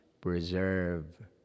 preserve